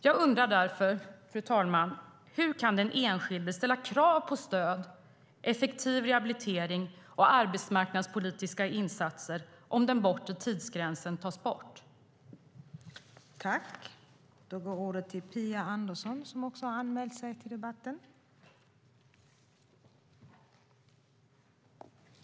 Jag undrar därför, fru talman: Hur kan den enskilde ställa krav på stöd, effektiv rehabilitering och arbetsmarknadspolitiska insatser om den bortre tidsgränsen tas bort?